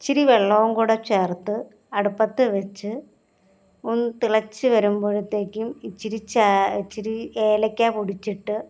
ഇച്ചിരി വെള്ളവും കൂടെ ചേർത്ത് അടുപ്പത്ത് വെച്ച് ഒന്ന് തിളച്ച് വരുമ്പൊഴത്തേക്കും ഇച്ചിരി ഇച്ചിരി ഏലയ്ക്ക പൊടിച്ചിട്ട്